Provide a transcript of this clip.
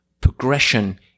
progression